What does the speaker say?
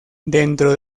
dentro